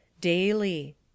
daily